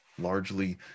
largely